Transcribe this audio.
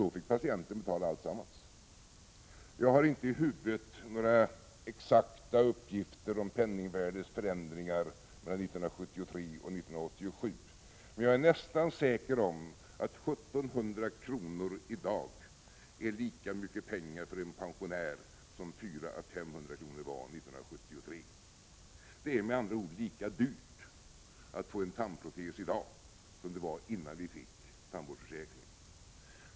Då fick patienten betala hela summan. Jag har inte några exakta uppgifter i huvudet om penningvärdets förändringar mellan 1973 och 1987. Men jag är nästan säker på att 1 700 kr. i dag är lika mycket pengar för en pensionär som 400 å 500 kr. var 1973. Det är med andra ord lika dyrt att få en tandprotes i dag som det var innan vi fick tandvårdsförsäkringen.